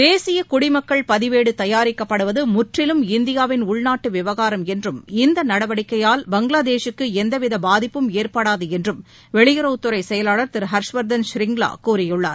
தேசியகுடிமக்கள் பதிவேடுதயாரிக்கப்படுவதுமுற்றிலும் இந்தியாவின் உள்நாட்டுவிவகாரம் என்றும் இந்தநடவடிக்கையால் பங்களாதேஷக்குஎந்தவிதபாதிப்பும் ஏற்படாதுஎன்றும் வெளியுறவுத்துறைசெயலாளர் திருஹா்ஷ்வா்தன் ஷ்ரிங்லாகூறியுள்ளார்